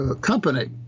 company